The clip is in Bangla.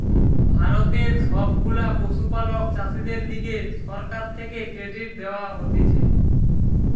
ভারতের সব গুলা পশুপালক চাষীদের লিগে সরকার থেকে ক্রেডিট দেওয়া হতিছে